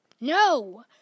No